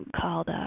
called